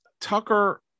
Tucker